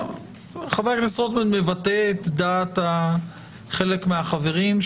חבר הכנסת רוטמן מבטא את דעת חלק מהחברים,